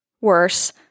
worse